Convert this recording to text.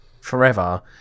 forever